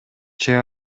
чек